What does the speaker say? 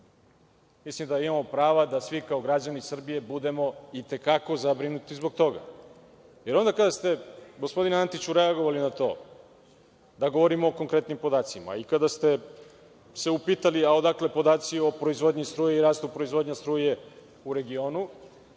mislim da imamo prava da svi kao građani Srbije budemo i te kako zabrinuti zbog toga. Onda, kada ste, gospodine Antiću, reagovali na to da govorimo o konkretnim podacima i kada ste se upitali – odakle podaci o proizvodnji struje i rastu proizvodnje struje u regionu,